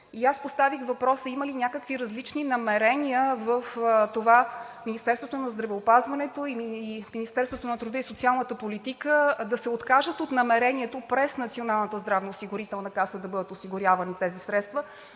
и аз поставих въпроса има ли някакви различни намерения в това Министерството на здравеопазването и Министерството на труда и социалната политика да се откажат от намерението през Националната здравноосигурителна каса да бъдат осигурявани тези средства,